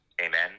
Amen